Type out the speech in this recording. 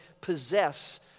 possess